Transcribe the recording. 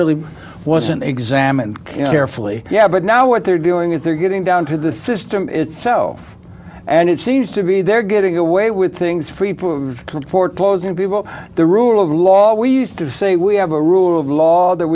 really wasn't examined carefully yeah but now what they're doing is they're getting down to the system itself and it seems to be they're getting away with things for people who can't afford clothes and people the rule of law we used to say we have a rule of law that